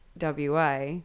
WA